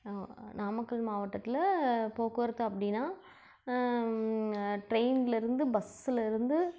நாமக்கல் மாவட்டத்தில் போக்குவரத்து அப்படின்னா ட்ரெயின்லேருந்து பஸ்ஸுலேருந்து